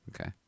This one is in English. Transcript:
Okay